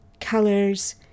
colors